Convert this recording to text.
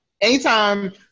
Anytime